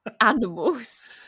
animals